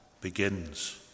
begins